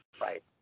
Right